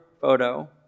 photo